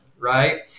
right